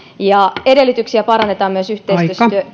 ja edellytyksiä parannetaan yhteistyössä työ ja